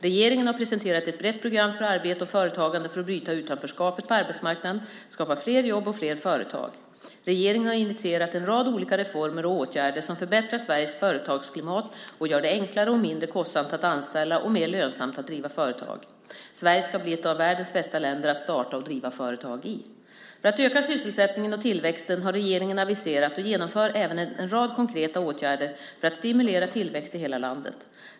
Regeringen har presenterat ett brett program för arbete och företagande för att bryta utanförskapet på arbetsmarknaden, skapa fler jobb och fler företag. Regeringen har initierat en rad olika reformer och åtgärder som förbättrar Sveriges företagsklimat och gör det enklare och mindre kostsamt att anställa och mer lönsamt att driva företag. Sverige ska bli ett av världens bästa länder att starta och driva företag i. För att öka sysselsättningen och tillväxten har regeringen aviserat och genomför även en rad konkreta åtgärder för att stimulera tillväxt i hela landet.